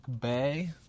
Bay